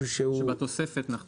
בתוספת.